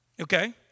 Okay